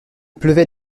pleuvait